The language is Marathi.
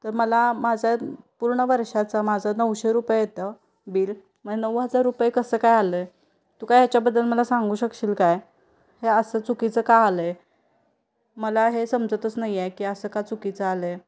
तर मला माझं पूर्ण वर्षाचं माझं नऊशे रुपये येतं बिल मग नऊ हजार रुपये कसं काय आलं आहे तू काय याच्याबद्दल मला सांगू शकशील काय हे असं चुकीचं का आलं आहे मला हे समजतच नाही आहे की असं का चुकीचं आलं आहे